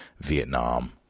vietnam